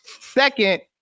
Second